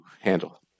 handle